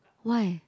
why